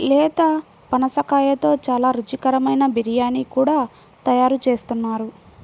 లేత పనసకాయతో చాలా రుచికరమైన బిర్యానీ కూడా తయారు చేస్తున్నారు